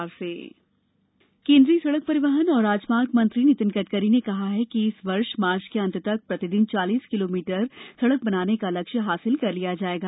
गडकरी सड़क सुरक्षा केन्द्रीय सड़क परिवहन और राजमार्ग मंत्री नितिन गडकरी ने कहा है कि इस वर्ष मार्च के अंत तक प्रतिदिन चालीस किलोमीटर सड़क बनाने का लक्ष्यय हासिल कर लिया जाएगा